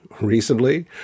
recently